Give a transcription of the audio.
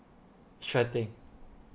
sure thing